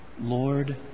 Lord